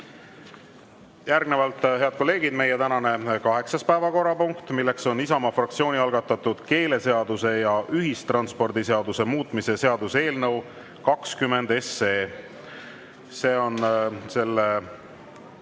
Järgnevalt, head kolleegid, meie tänane kaheksas päevakorrapunkt, Isamaa fraktsiooni algatatud keeleseaduse ja ühistranspordiseaduse muutmise seaduse eelnõu 20. See on selle